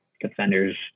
defenders